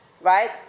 Right